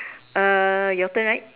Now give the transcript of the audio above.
uh your turn right